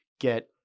get